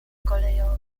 kolejowe